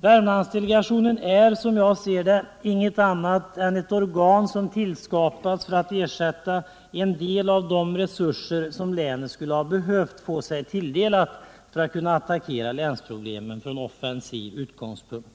Värmlandsdelegationen är, som jag ser det, inget annat än ett organ som tillskapats för att ersätta en del av de resurser som länet skulle ha behövt få sig tilldelat för att kunna attackera länsproblem från offensiv utgångspunkt.